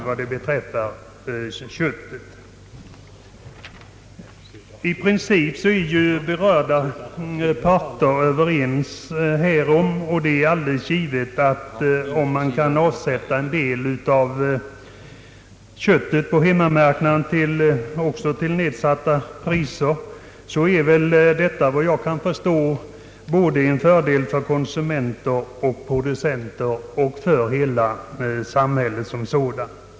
Vad beträffar nötköttet är berörda parter i princip överens härom. Om man kan avsätta en del av köttet på hemmamarknaden till nedsatt pris, så är väl detta, enligt vad jag kan förstå, en fördel både för konsumenter och producenter och för samhället som helhet.